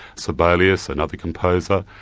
sibelius, another composer,